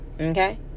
okay